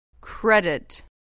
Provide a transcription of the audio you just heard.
Credit